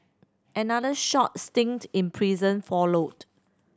another short stint in prison followed